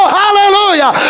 hallelujah